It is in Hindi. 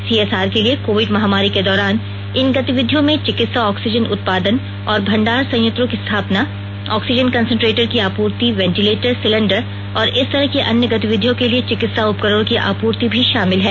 सीएसआर के लिए कोविड महामारी के दौरान इन गतिविधियों में चिकित्सा ऑक्सीजन उत्पादन और भंडारण संयंत्रों की स्थापना ऑक्सीजन कन्सनट्रेटर की आपूर्ति वेंटिलेटर सिलेंडर और इस तरह की अन्य गतिविधियों के लिए चिकित्सा उपकरणों की आपूर्ति भी शामिल है